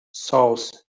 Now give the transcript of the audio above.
saws